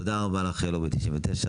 תודה רבה לך לובי 99,